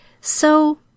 So